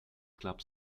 club